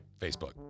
Facebook